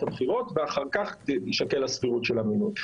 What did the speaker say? הבחירות ואחר כך תישקל הסבירות של המינוי.